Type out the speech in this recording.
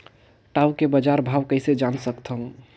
टाऊ के बजार भाव कइसे जान सकथव?